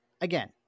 Again